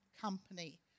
company